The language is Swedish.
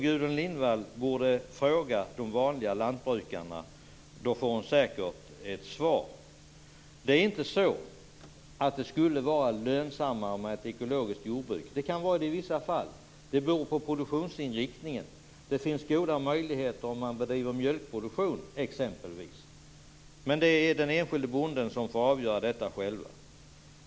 Gudrun Lindvall borde fråga de vanliga lantbrukarna. Då får hon säkert ett svar. Det är inte så att det skulle vara lönsammare med ett ekologiskt jordbruk. Det kan vara det i vissa fall. Det beror på produktionsinriktningen. Det finns goda möjligheter om man bedriver mjölkproduktion exempelvis. Men det är den enskilde bonden som får avgöra detta själv.